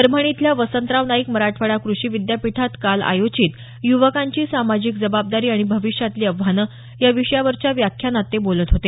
परभणी इथल्या वसंतराव नाईक मराठवाडा कृषी विद्यापीठात काल आयोजित युवकांची सामाजिक जबाबदारी आणि भविष्यातली आव्हानं या विषयावरच्या व्याख्यानात ते बोलत होते